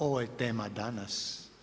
Ovo je tema danas.